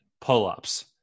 pull-ups